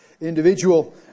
individual